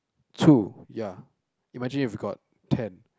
two ya imagine if you got ten